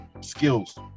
skills